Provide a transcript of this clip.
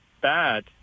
bad